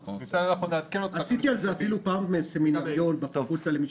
עשיתי על זה פעם סמינריון בפקולטה למשפטים.